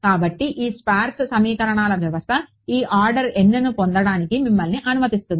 కాబట్టి ఈ స్పార్స్ సమీకరణాల వ్యవస్థ ఈ ఆర్డర్ nను పొందడానికి మిమ్మల్ని అనుమతిస్తుంది